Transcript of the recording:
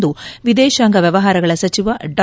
ಎಂದು ವಿದೇಶಾಂಗ ವ್ಯವಹಾರಗಳ ಸಚಿವ ಡಾ